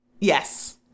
Yes